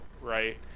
right